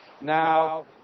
Now